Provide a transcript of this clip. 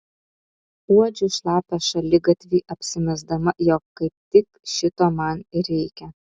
uodžiu šlapią šaligatvį apsimesdama jog kaip tik šito man ir reikia